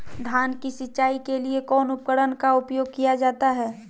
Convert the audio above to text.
धान की सिंचाई के लिए कौन उपकरण का उपयोग किया जाता है?